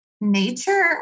nature